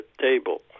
table